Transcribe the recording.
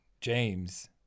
James